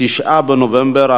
9 בנובמבר